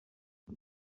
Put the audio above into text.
die